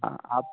हाँ आप